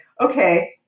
okay